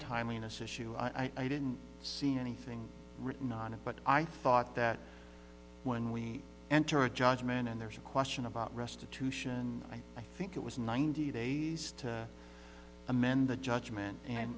timeliness issue i didn't see anything written on it but i thought that when we enter a judgment and there's a question about restitution and i think it was ninety days to amend the judgment and